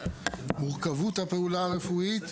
התשנ"ה-1995".